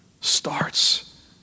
starts